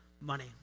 money